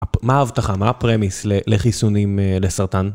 מה ההבטחה מה הפרמיס לחיסונים לסרטן.